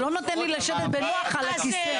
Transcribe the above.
זה לא נותן לי לשבת בנוח על הכיסא.